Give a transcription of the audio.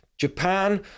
Japan